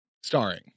starring